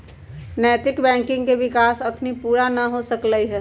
नैतिक बैंकिंग के विकास अखनी पुरा न हो सकलइ ह